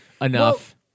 enough